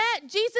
Jesus